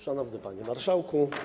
Szanowny Panie Marszałku!